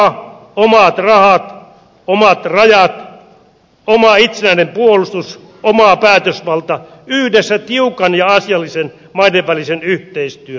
oma maa omat rahat omat rajat oma itsenäinen puolustus oma päätösvalta yhdessä tiukan ja asiallisen maidenvälisen yhteistyön kanssa